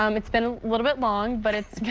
um it's been a little bit long but it's